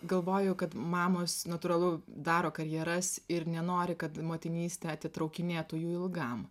galvoju kad mamos natūralu daro karjeras ir nenori kad motinystė atitraukinėtų jų ilgam